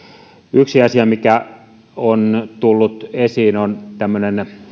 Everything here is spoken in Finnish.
yksi asia mikä on tullut esiin on tämmöinen